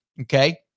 Okay